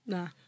Nah